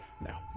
No